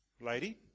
lady